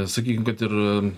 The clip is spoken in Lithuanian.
sakykim kad ir